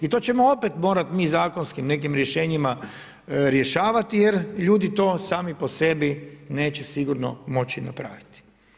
I to ćemo opet morat mi zakonski nekim rješenjima rješavati jer ljudi to sami po sebi neće sigurno moći napraviti.